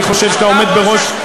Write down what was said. אני חושב שאתה עומד בראש,